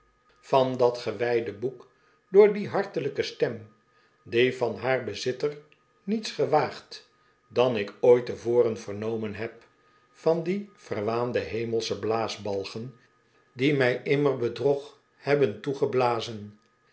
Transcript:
van dat gewijde een reiziger die geen handel drijft boek door die hartelijke stem die van haar bezitter niets gewaagt dan ik ooit te voren vernomen heb van die verwaande hemelsche blaasbalgen die mij immer bedrog hebben toegeblazen